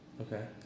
okay